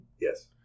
Yes